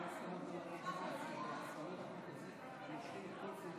עברה, ותועבר לדיון בוועדת העבודה והרווחה.